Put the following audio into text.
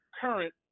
current